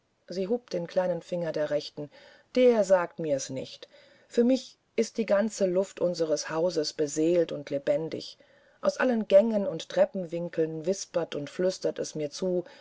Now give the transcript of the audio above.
sie hob den kleinen finger der rechten der sagt mir's nicht für mich ist die ganze luft unseres hauses beseelt und lebendig aus allen gängen und treppenwinkeln wispert und flüstert es mir zu